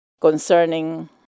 concerning